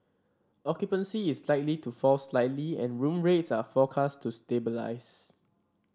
occupancy is likely to fall slightly and room rates are forecast to stabilise